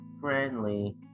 friendly